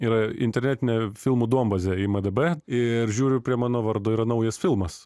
yra internetinė filmų duombazė imdb ir žiūriu prie mano vardo yra naujas filmas